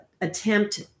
attempt